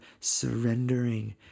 surrendering